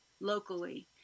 Locally